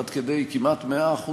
עד כדי כמעט 100%,